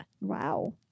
Wow